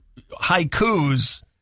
haikus